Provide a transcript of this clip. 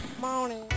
Morning